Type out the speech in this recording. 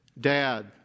Dad